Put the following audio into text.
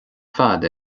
fad